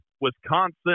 Wisconsin